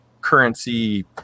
currency